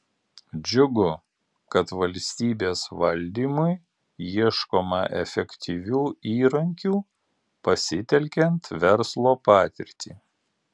džiugu kad valstybės valdymui ieškoma efektyvių įrankių pasitelkiant verslo patirtį